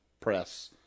press